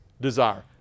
desire